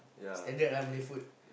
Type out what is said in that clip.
standard ah Malay food